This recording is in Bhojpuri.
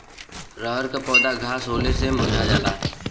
रहर क पौधा घास होले से मूरझा जाला